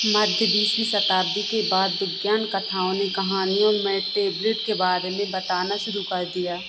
मध्य बीसवीं शताब्दी के बाद विज्ञान कथाओं ने कहानियों में टैबलेट के बारे में बताना शुरू कर दिया